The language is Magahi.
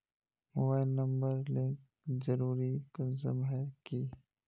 मोबाईल नंबर लिंक जरुरी कुंसम है की?